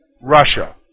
Russia